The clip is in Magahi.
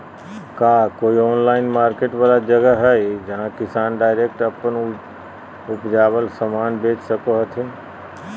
का कोई ऑनलाइन मार्केट वाला जगह हइ जहां किसान डायरेक्ट अप्पन उपजावल समान बेच सको हथीन?